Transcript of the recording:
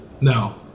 No